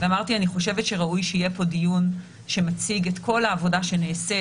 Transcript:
ואמרתי שאני חושבת שראוי שיהיה פה דיון שמציג את כל העבודה שנעשית,